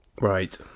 right